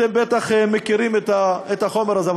אתם בטח מכירים את החומר הזה,